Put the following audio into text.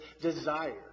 desire